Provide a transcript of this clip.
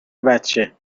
بچم